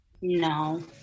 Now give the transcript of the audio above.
No